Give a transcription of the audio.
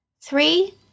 Three